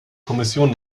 kommission